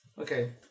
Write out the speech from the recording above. Okay